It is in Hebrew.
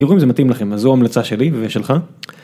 אם זה מתאים לכם אז זו המלצה שלי ושלך.